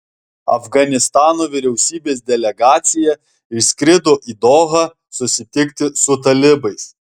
afganistano vyriausybės delegacija išskrido į dohą susitikti su talibais